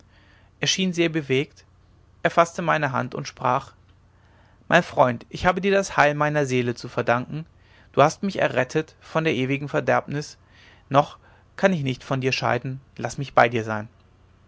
schien sehr bewegt er faßte meine hand und sprach mein freund ich habe dir das heil meiner seele zu danken du hast mich errettet von der ewigen verderbnis noch kann ich nicht von dir scheiden laß mich bei dir sein